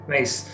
Nice